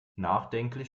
nachdenklich